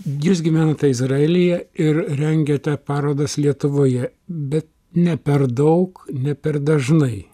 jūs gyvenate izraelyje ir rengiate parodas lietuvoje bet ne per daug ne per dažnai